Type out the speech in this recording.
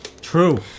True